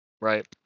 Right